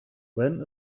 when